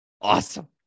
awesome